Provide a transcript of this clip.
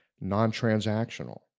non-transactional